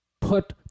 put